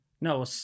No